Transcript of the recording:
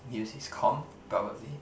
use his com probably